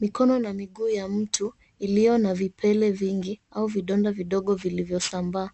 Mikono na miguu ya mtu iliyo na vipele vingi au vidonda vidogo vilivyo sambaa